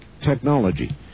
technology